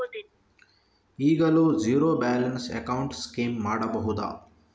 ಈಗಲೂ zero balance account scheme ಮಾಡಬಹುದಾ?